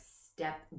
step